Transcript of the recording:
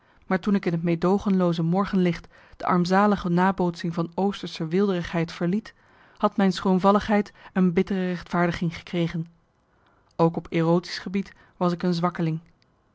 maar toen ik in het medoogenlooze morgenlicht de armzalige nabootsing van oostersche weelderigheid verliet had mijn schroomvalligheid een bittere rechtvaardiging gekregen ook op erotisch gebied was ik een zwakkeling